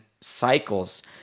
cycles